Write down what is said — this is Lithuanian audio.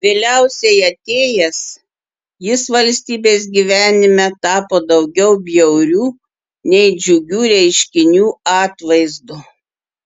vėliausiai atėjęs jis valstybės gyvenime tapo daugiau bjaurių nei džiugių reiškinių atvaizdu